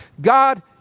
God